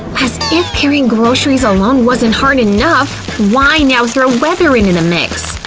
as if carrying groceries alone wasn't hard enough, why not throw weather into the mix!